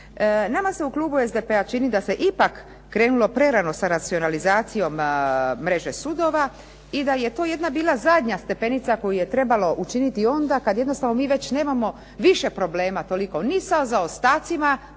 Nama se u klubu SDP-a čini da se ipak krenulo prerano sa racionalizacijom mreže sudova i da je to jedna bila zadnja stepenica koju je trebalo učiniti onda kad jednostavno mi već nemamo više problema toliko ni sa zaostacima